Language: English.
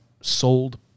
sold